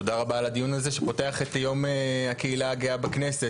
תודה רבה על הדיון הזה שפותח את יום הקהילה הגאה בכנסת,